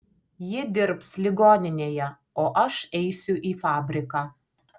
ji dirbs ligoninėje o aš eisiu į fabriką